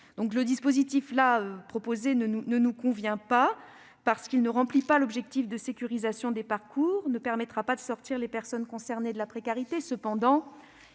Le dispositif proposé ne nous convient pas en ce qu'il ne remplit pas l'objectif de sécurisation des parcours et qu'il ne permettra pas de sortir les personnes concernées de la précarité. Toutefois,